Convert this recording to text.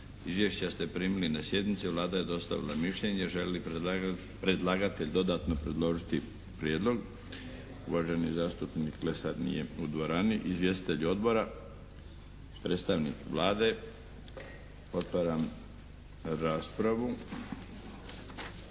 Izvješća ste primili na sjednici. Vlada je dostavila mišljenje. Želi li predlagatelj dodatno predložiti prijedlog? Uvaženi zastupnik Lesar nije u dvorani. Izvjestitelji odbora. Predstavnik Vlade. Otvaram raspravu.